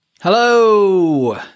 Hello